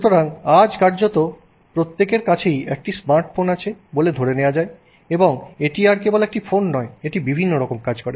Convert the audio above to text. সুতরাং আজ কার্যত প্রত্যেকের কাছেই একটি স্মার্টফোন আছে বলে ধরে নেয়া যায় এবং এটি আর কেবল একটি ফোন নয় এটি বিভিন্ন রকম কাজ করে